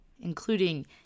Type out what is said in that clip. including